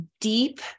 deep